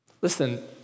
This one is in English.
Listen